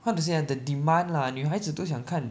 how to say ah the demand lah 女孩子都想看